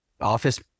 office